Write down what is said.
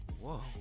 Whoa